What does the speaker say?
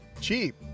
cheap